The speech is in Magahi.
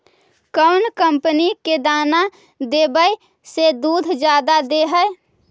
कौन कंपनी के दाना देबए से दुध जादा दे है?